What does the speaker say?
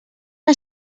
una